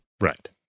Right